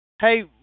Hey